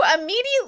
immediately